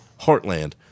HEARTLAND